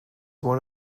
one